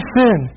sin